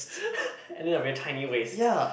and then a very tiny waist